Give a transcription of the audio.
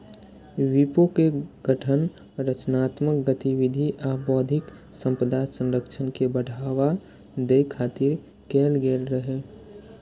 विपो के गठन रचनात्मक गतिविधि आ बौद्धिक संपदा संरक्षण के बढ़ावा दै खातिर कैल गेल रहै